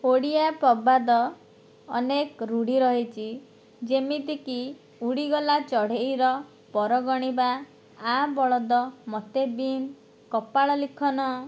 ଓଡ଼ିଆ ପ୍ରବାଦ ଅନେକ ରୁଢ଼ି ରହିଚି ଯେମିତି କି ଉଡିଗଲା ଚଢ଼େଇର ପର ଗଣିବା ଆ ବଳଦ ମତେ ବିନ୍ଧ୍ କପାଳ ଲିଖନ